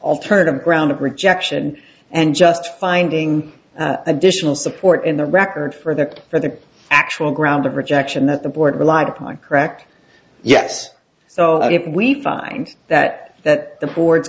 alternative ground of rejection and just finding additional support in the record for that for the actual ground of rejection that the board relied upon correct yes so we find that that the board